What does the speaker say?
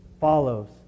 follows